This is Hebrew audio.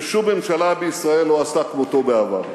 ששום ממשלה בישראל לא עשתה כמותו בעבר.